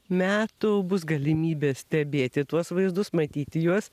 metų bus galimybė stebėti tuos vaizdus matyti juos